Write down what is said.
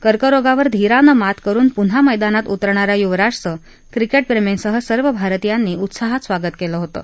कर्करोगावर धीरानं मात करून पुन्हा मैदानात उतरणाऱ्या युवराजचं क्रिक्ट्रिसीसह सर्व भारतीयांनी उत्साहात स्वागत कलि होतं